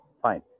Fine